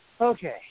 Okay